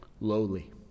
lowly